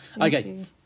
Okay